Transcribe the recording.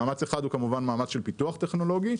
המאמץ הראשון הוא כמובן מאמץ של פיתוח טכנולוגי,